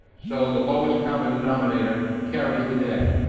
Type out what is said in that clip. so the lowest common denominator carries the day.